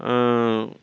ओ